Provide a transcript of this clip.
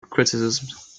criticisms